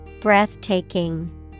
Breathtaking